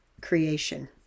creation